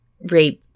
rape